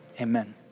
amen